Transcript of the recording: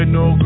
no